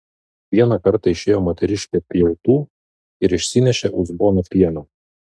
vieną kartą išėjo moteriškė pjautų ir išsinešė uzboną pieno